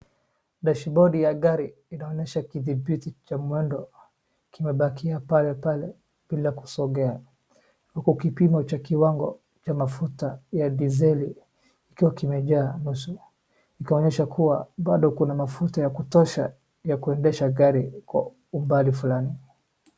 Dashibodi ya gari kinaonyesha kidhibiti ya gari kimebakia pale pale bila kusongea. Huko kiko kipimo cha kiwango cha mafuta cha diseli kikiwa kimejaa nusu ikionyesha kuwa bado kuna mafuta ya kutosha ya kuendesha gari kwa umbali fulani.